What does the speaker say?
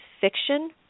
fiction